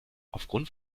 aufgrund